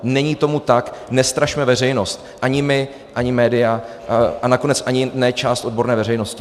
Není tomu tak, nestrašme veřejnost ani my, ani média a nakonec ani ne část odborné veřejnosti.